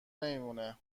نمیمونه